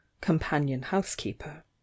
companion-housekeeper